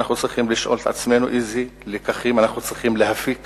אנחנו צריכים לשאול את עצמנו איזה לקחים אנחנו צריכים להפיק